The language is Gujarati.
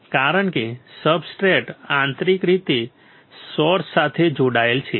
કારણ કે સબસ્ટ્રેટ આંતરિક રીતે સોર્સ સાથે જોડાયેલ છે